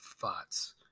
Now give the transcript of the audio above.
thoughts